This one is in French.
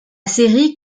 série